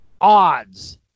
odds